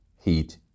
heat